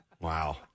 Wow